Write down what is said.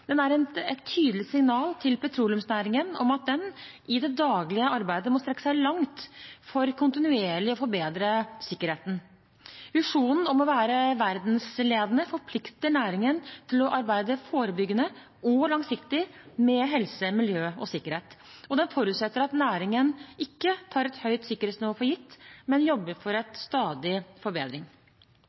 Den er et tydelig signal til petroleumsnæringen om at den, i det daglige arbeidet, må strekke seg langt for kontinuerlig å forbedre sikkerheten. Visjonen om å være verdensledende forplikter næringen til å arbeide forebyggende og langsiktig med helse-, miljø- og sikkerhet, og den forutsetter at næringen ikke tar et høyt sikkerhetsnivå for gitt, men jobber for en stadig forbedring.